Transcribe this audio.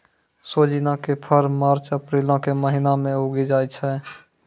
सोजिना के फर मार्च अप्रीलो के महिना मे उगि जाय छै